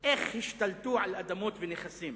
איך השתלטו על אדמות ונכסים